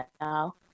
now